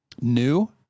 New